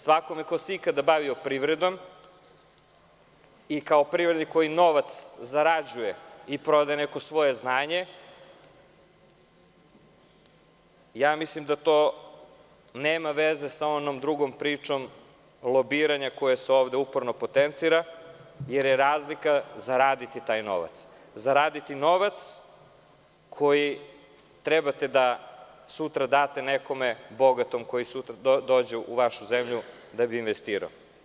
Svakome ko se ikada bavio privredom i kao privrednik koji novac zarađuje i prodaje neko svoje znanje, mislim da to nema veze sa onom drugom pričom lobiranja koja se ovde uporno potencira, jer je razlika zaraditi taj novac, zaraditi novac koji trebate da sutra date nekome bogatom koji dođe u vašu zemlju da bi investirao.